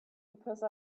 because